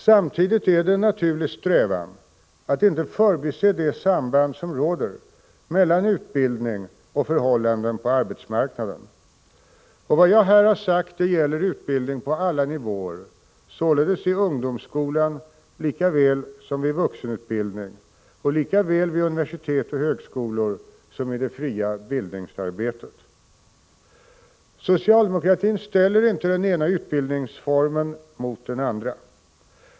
Samtidigt är det en naturlig strävan att inte förbise det samband som råder mellan utbildning och förhållanden på arbetsmarknaden. Vad jag här har sagt gäller utbildning på alla nivåer, således i ungdomsskolan lika väl som vid vuxenutbildning och lika väl vid universitet och högskolor som i det fria bildningsarbetet. Socialdemokratin ställer inte den ena utbildningsformen mot den andra.